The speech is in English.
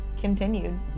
continued